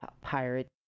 Pirate